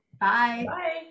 Bye